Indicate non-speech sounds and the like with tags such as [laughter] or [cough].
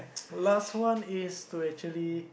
[noise] last one is to actually